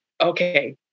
okay